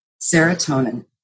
serotonin